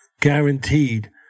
guaranteed